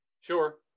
Sure